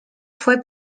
fue